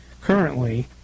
currently